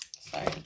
sorry